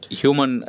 human